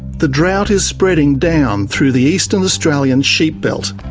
the drought is spreading down through the eastern australian sheep belt,